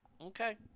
Okay